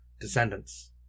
descendants